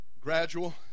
gradual